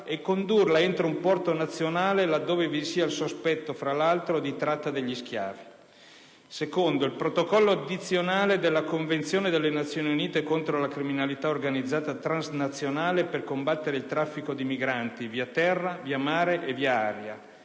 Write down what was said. e condurla entro un porto nazionale laddove vi sia il sospetto, tra l'altro, di tratta degli schiavi. In secondo luogo, ricordo che il Protocollo addizionale della Convenzione delle Nazioni Unite contro la criminalità organizzata transnazionale per combattere il traffico di migranti via terra, via mare e via aria,